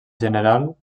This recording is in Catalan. general